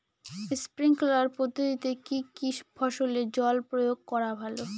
Sprinkler পদ্ধতিতে কি কী ফসলে জল প্রয়োগ করা ভালো?